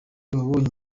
yabonye